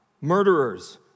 murderers